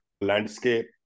landscape